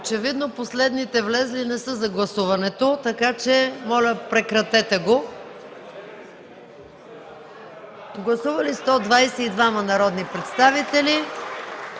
Очевидно последните влезли не са за гласуването, моля прекратете го. Гласували 122 народни представители: